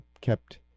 kept